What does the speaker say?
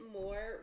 more